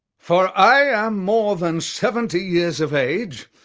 for i am more than seventy years of age,